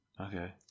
Okay